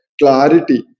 clarity